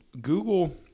Google